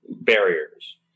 barriers